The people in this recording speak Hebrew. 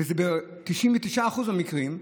וזה ב-99% מהמקרים,